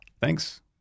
Thanks